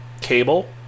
cable